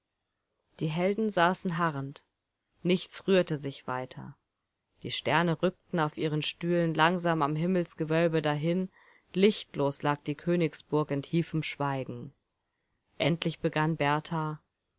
die helden saßen harrend nichts rührte sich weiter die sterne rückten auf ihren stühlen langsam am himmelsgewölbe dahin lichtlos lag die königsburg in tiefem schweigen endlich begann berthar